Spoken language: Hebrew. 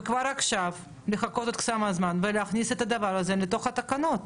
וכבר עכשיו לחכות עוד כמה זמן ולהכניס את הדבר הזה לתוך התקנות.